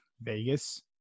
Vegas